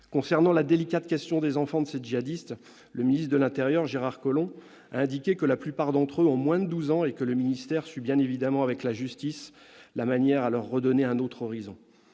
Concernant la délicate question des enfants de ces djihadistes, le ministre de l'intérieur, Gérard Collomb, a indiqué que la plupart d'entre eux ont moins de 12 ans et que ses services étudient, avec ceux du ministère de la justice, les moyens de leur redonner un autre horizon.